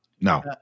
No